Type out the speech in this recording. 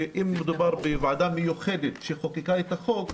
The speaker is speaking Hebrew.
שאם מדובר בוועדה מיוחדת שחוקקה את החוק,